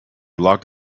locked